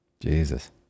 Jesus